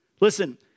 Listen